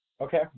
Okay